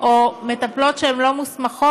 או מטפלות שהן לא מוסמכות